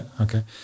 okay